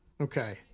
Okay